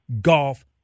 golf